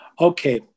Okay